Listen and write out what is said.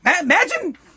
imagine